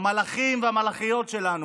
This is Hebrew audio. המלאכים והמלאכיות שלנו,